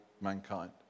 mankind